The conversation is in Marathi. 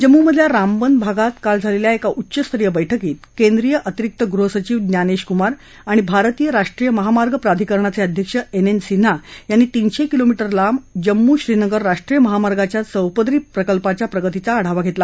जम्मूमधल्या रामबन भागात काल झालेल्या एका उच्चस्तरीय बैठकीत केंद्रीय अतिरिक्त गृहसचिव ज्ञानेश कुमार आणि भारतीय राष्ट्रीय महामार्ग प्राधिकरणाचे अध्यक्ष एन एन सिन्हा यांनी तीनशे किलोमीटर लांब जम्मू श्रीनगर राष्ट्रीय महामार्गाच्या चौपदरी प्रकल्पाच्या प्रगतीचा आढावा घेतला